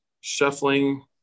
shuffling